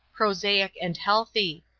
prosaic and healthy.